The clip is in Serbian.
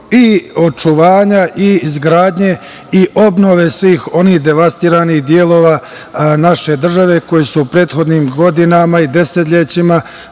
i očuvanja i izgradnje i obnove svih onih devastiranih delova naše države koji su u prethodnim godinama i desetlećima